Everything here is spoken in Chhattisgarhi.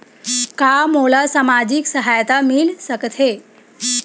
का मोला सामाजिक सहायता मिल सकथे?